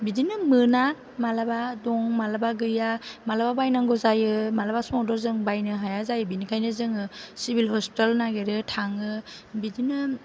बिदिनो मोना मालाबा दं मालाबा गैया मालाबा बायनांगौ जायो मालाबा समावथ' जों बायनो हाया जायो बिनिखायनो जोङो सिभिल हसपिताल नागिरो थाङो बिदिनो